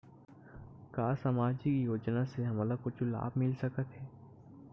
का सामाजिक योजना से हमन ला कुछु लाभ मिल सकत हे?